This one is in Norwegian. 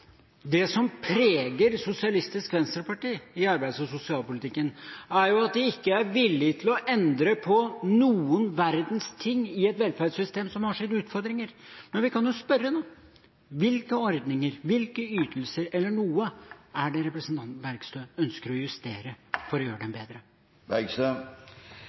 det som preger Sosialistisk Venstreparti i arbeids- og sosialpolitikken, er at de ikke er villige til å endre på noen verdens ting i et velferdssystem som har sine utfordringer. Vi kan jo spørre: Hvilke ordninger eller hvilke ytelser – om noen – er det representanten Bergstø ønsker å justere for å gjøre dem